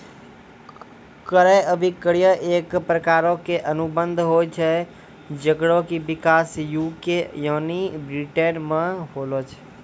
क्रय अभिक्रय एक प्रकारो के अनुबंध होय छै जेकरो कि विकास यू.के यानि ब्रिटेनो मे होलो छै